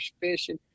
fishing